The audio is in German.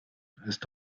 ist